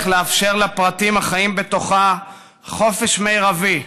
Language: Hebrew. לאפשר לפרטים החיים בתוכה חופש מרבי,